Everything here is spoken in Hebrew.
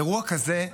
אירוע כזה,